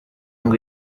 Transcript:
ngo